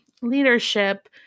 leadership